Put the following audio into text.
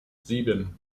sieben